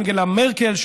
ואנגלה מרקל,